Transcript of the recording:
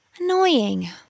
Annoying